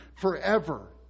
forever